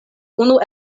unu